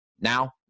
Now